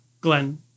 Glenn